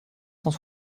cent